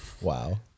Wow